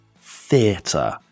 theatre